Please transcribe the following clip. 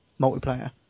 multiplayer